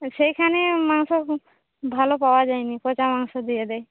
সেইখানে মাংস ভালো পাওয়া যায় না পচা মাংস দিয়ে দেয়